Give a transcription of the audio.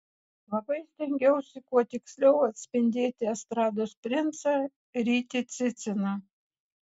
labai stengiausi kuo tiksliau atspindėti estrados princą rytį ciciną